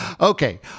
Okay